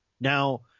Now